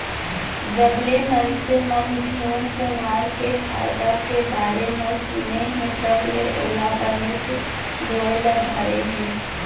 जबले मनसे मन घींव कुंवार के फायदा के बारे म सुने हें तब ले ओला बनेच बोए ल धरे हें